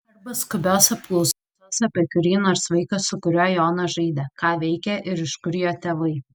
arba skubios apklausos apie kurį nors vaiką su kuriuo jonas žaidė ką veikia ir iš kur jo tėvai